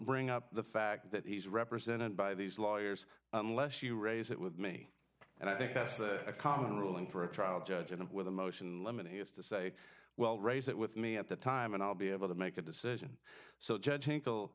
bring up the fact that he's represented by these lawyers unless you raise it with me and i think that's a common ruling for a trial judge and with a motion limit he has to say well raise it with me at the time and i'll be able to make a decision so judg